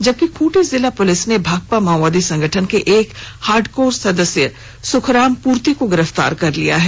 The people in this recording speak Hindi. इधर खूंटी जिला पुलिस ने भाकपा माओवादी संगठन के एक हार्डकोर सदस्य सुखराम पुर्ति को गिरफ्तार कर लिया है